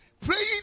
praying